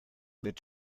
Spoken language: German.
mit